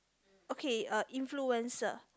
okay uh influencer